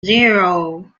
zero